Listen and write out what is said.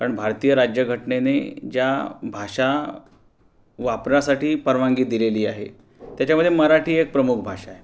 कारण भारतीय राज्यघटनेने ज्या भाषा वापरासाठी परवानगी दिलेली आहे त्याच्यामध्ये मराठी एक प्रमुख भाषा आहे